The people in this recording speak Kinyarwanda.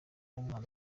umuhanzi